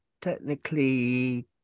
technically